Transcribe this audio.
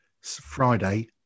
Friday